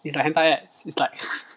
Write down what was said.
is like hentai ads it's like